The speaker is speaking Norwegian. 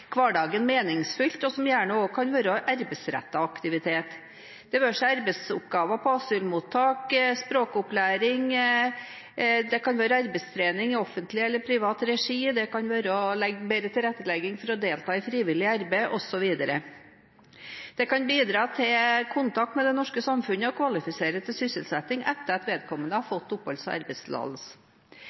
hverdagen meningsfull, og som gjerne også kan være arbeidsrettet aktivitet – det være seg arbeidsoppgaver på asylmottak, språkopplæring, arbeidstrening i offentlig eller privat regi, bedre tilrettelegging for å delta i frivillig arbeid osv. Det kan bidra til kontakt med det norske samfunnet og kvalifisere til sysselsetting etter at vedkommende har fått oppholds- og arbeidstillatelse.